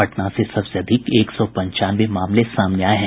पटना से सबसे अधिक एक सौ पंचानवे मामले सामने आये हैं